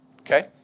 Okay